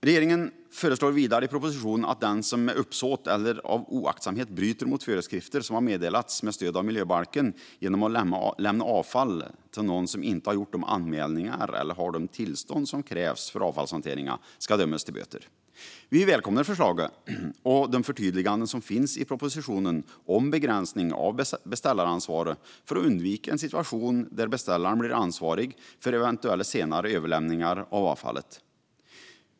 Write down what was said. Regeringen föreslår vidare i propositionen att den som med uppsåt eller av oaktsamhet bryter mot föreskrifter som har meddelats med stöd av miljöbalken genom att lämna avfall till någon som inte har gjort de anmälningar eller har de tillstånd som krävs för avfallshanteringen ska dömas till böter. Vi välkomnar detta förslag och de förtydliganden som finns i propositionen om begränsning av beställaransvaret för att undvika en situation där beställaren blir ansvarig för eventuella senare överlämningar av avfallet.